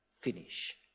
finish